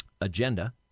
agenda